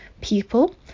people